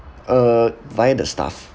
uh via the staff